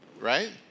right